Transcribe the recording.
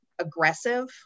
aggressive